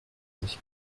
sich